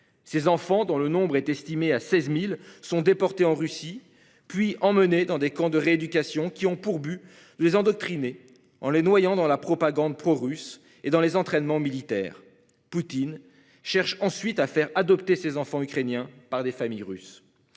ses enfants, dont le nombre est estimé à 16.000 sont déportés en Russie puis emmenés dans des camps de rééducation qui ont pour but de les endoctriner en les noyant dans la propagande pro-russe et dans les entraînements militaires Poutine cherche ensuite à faire adopter ses enfants ukrainiens par des familles russes.